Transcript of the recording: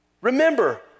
Remember